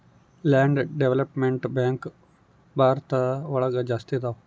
land development bank Bharat ಒಳಗ ಜಾಸ್ತಿ ಇದಾವ